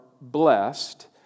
blessed